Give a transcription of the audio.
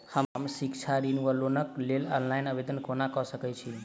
हम शिक्षा ऋण वा लोनक लेल ऑनलाइन आवेदन कोना कऽ सकैत छी?